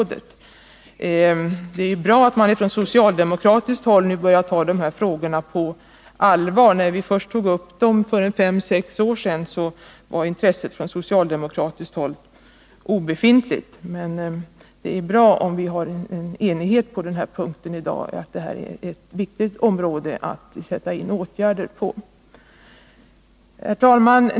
Det är bra att man från socialdemokratiskt håll nu börjar ta dessa frågor på allvar. När vi först tog upp dem, för fem sex år sedan, var intresset på socialdemokratiskt håll obefintligt. Det är bra om vi nu är överens om att detta är ett viktigt område att sätta in åtgärder på. Herr talman!